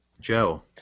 Joe